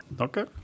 Okay